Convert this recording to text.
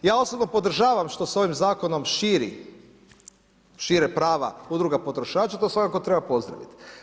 Ja osobno podržavam što se ovim zakonom širi, šire prava udruga potrošača to svakako treba pozdraviti.